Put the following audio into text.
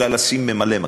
אלא לשים ממלא-מקום.